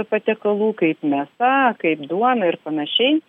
patiekalų kaip mėsa kaip duona ir panašiai